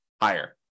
higher